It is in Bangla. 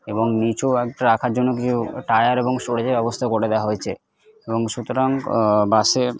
এবং নিচু একটা রাখার জন্য কিছু টায়ার এবং স্টোরেজের ব্যবস্থা করে দেওয়া হয়েছে এবং সুতরাং বাসে